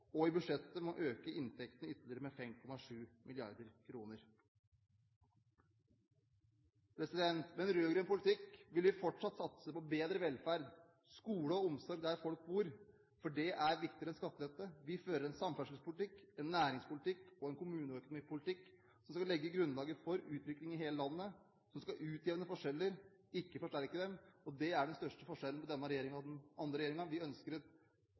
og i budsjettet med å øke inntektene med ytterligere 5,7 mrd. kr. Med en rød-grønn politikk vil vi fortsatt satse på bedre velferd, skole og omsorg der folk bor, for det er viktigere enn skattelette. Vi fører en samferdselspolitikk, en næringspolitikk og en kommuneøkonomipolitikk som skal legge grunnlaget for utvikling i hele landet, som skal utjevne forskjeller, ikke forsterke dem. Det er den største forskjellen på denne regjeringen og andre regjeringer. Vi ønsker et